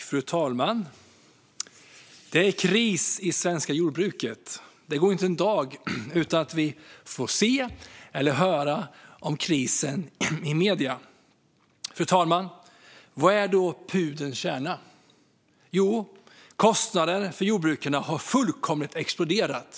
Fru talman! Det är kris i det svenska jordbruket. Det går inte en dag utan att vi får se eller höra om krisen i medierna. Vad är då pudelns kärna, fru talman? Jo, kostnaderna för jordbrukarna har fullkomligt exploderat.